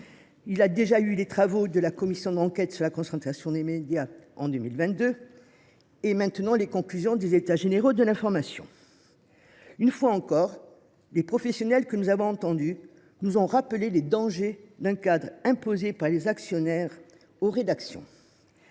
avait déjà eu les travaux de la commission d’enquête sur la concentration des médias en France, en 2022, puis les conclusions des États généraux de l’information. Une fois encore, les professionnels que nous avons entendus nous ont rappelé les dangers d’un cadre éditorial imposé par les actionnaires aux rédactions.